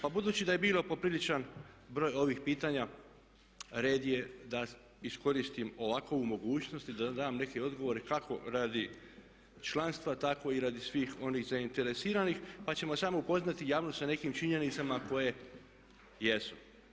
Pa budući da je bio popriličan broj ovih pitanja red je da iskoristim ovakvu mogućnost i da dam neke odgovore kako radi članstva tako i radi svih onih zainteresiranih pa ćemo samo upoznati javnost sa nekim činjenicama koje jesu.